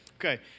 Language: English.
Okay